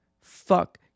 Fuck